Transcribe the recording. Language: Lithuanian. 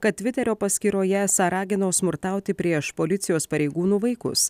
kad tviterio paskyroje esą ragino smurtauti prieš policijos pareigūnų vaikus